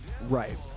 right